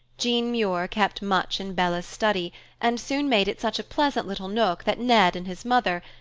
jean muir kept much in bella's study and soon made it such a pleasant little nook that ned and his mother,